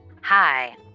Hi